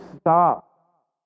stop